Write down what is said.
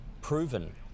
proven